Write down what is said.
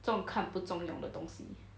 中看不中用的东西